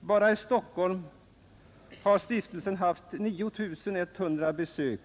Bara i Stockholm har stiftelsen haft 9 100 besök.